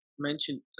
mentioned